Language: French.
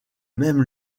même